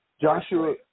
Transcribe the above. Joshua